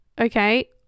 okay